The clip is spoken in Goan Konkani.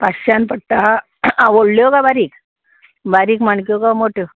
पांचश्यान पडटा वोडल्यो काय बारीक बारीक माणक्यो काय मोट्यो